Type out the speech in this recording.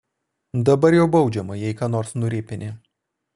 dabar jau baudžiama jei ką nors nuripini